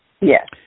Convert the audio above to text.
Yes